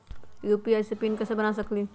UPI के PIN कैसे बना सकीले?